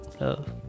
love